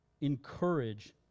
Encourage